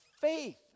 faith